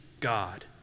God